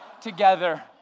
together